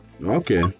Okay